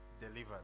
delivered